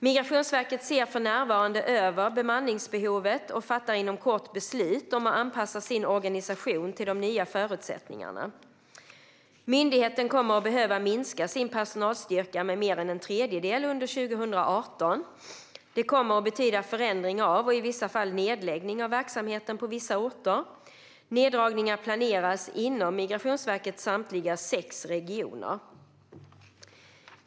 Migrationsverket ser för närvarande över bemanningsbehovet och fattar inom kort beslut om att anpassa sin organisation till de nya förutsättningarna. Myndigheten kommer att behöva minska sin personalstyrka med mer än en tredjedel under 2018. Det kommer att betyda förändring av och i vissa fall nedläggning av verksamheten på vissa orter. Neddragningar planeras inom Migrationsverkets samtliga sex regioner.